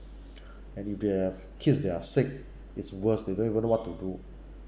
and if they have kids that are sick it's worse they don't even know what to do